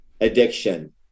addiction